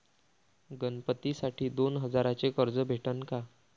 गणपतीसाठी दोन हजाराचे कर्ज भेटन का?